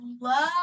love